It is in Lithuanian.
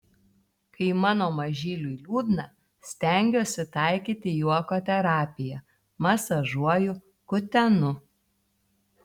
kai mano mažyliui liūdna stengiuosi taikyti juoko terapiją masažuoju kutenu